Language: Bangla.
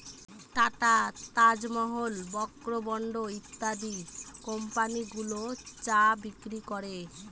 tata, Taj Mahal, Brooke Bond ইত্যাদি কোম্পানি গুলো চা বিক্রি করে